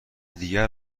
دیگر